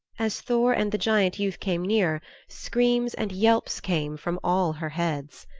as thor and the giant youth came near screams and yelps came from all her heads.